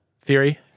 theory